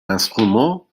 instruments